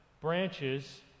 branches